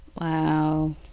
Wow